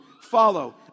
follow